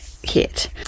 hit